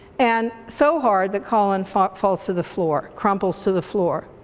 and so hard that colin falls falls to the floor, crumples to the floor.